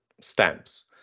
stamps